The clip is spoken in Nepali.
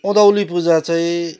उँधौली पूजा चाहिँ